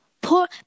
Poor